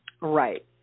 Right